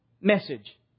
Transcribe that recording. message